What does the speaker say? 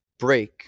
Break